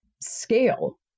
scale